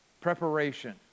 Preparation